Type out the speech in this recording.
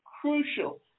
crucial